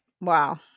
Wow